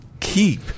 keep